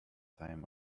time